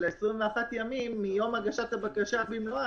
של ה-21 ימים מיום הגשת הבקשה במלואה,